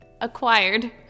acquired